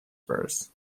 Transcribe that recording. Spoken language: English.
verse